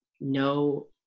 no